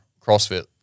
CrossFit